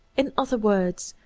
in other words,